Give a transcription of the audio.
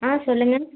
ஆ சொல்லுங்கள்